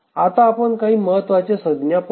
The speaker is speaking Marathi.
आता आपण काही महत्त्वाच्या संज्ञा पाहू